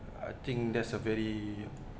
I think that's a very